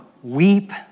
Weep